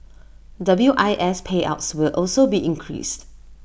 W I S payouts will also be increased